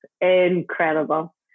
incredible